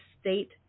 state